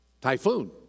Typhoon